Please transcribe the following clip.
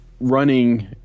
running